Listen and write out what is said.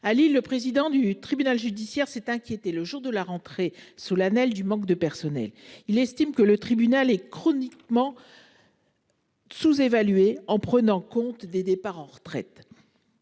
à Lille, le président du tribunal judiciaire s'est inquiété le jour de la rentrée sous la du manque de personnel, il estime que le tribunal est chroniquement. Sous-évalué en prenant compte des des parents en retraite.